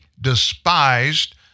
despised